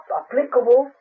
applicable